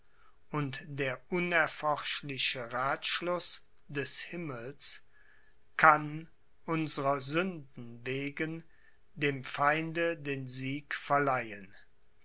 und der unerforschliche rathschluß des himmels kann unsrer sünden wegen dem feinde den sieg verleihen